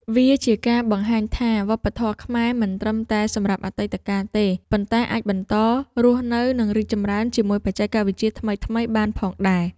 វាជាការបង្ហាញថា វប្បធម៌ខ្មែរមិនត្រឹមតែសម្រាប់អតីតកាលទេ ប៉ុន្តែអាចបន្តរស់នៅ និងរីកចម្រើនជាមួយបច្ចេកវិទ្យាថ្មីៗបានផងដែរ។